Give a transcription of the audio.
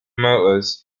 motors